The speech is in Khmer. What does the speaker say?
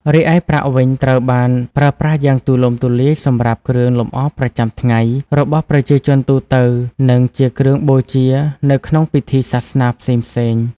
រីឯប្រាក់វិញត្រូវបានប្រើប្រាស់យ៉ាងទូលំទូលាយសម្រាប់ គ្រឿងលម្អប្រចាំថ្ងៃ របស់ប្រជាជនទូទៅ និងជា គ្រឿងបូជា នៅក្នុងពិធីសាសនាផ្សេងៗ។